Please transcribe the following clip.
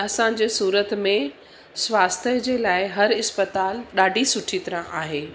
असांजे सूरत में स्वास्थ्य जे लाइ हर अस्पताल ॾाढी सुठी तरह आहे